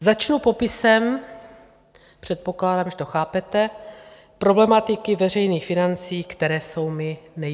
Začnu popisem předpokládám, že to chápete problematiky veřejných financí, které jsou mi nejbližší.